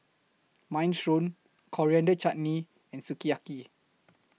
Minestrone Coriander Chutney and Sukiyaki